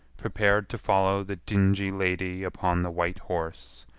prepared to follow the dingy lady upon the white horse,